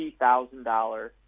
$50,000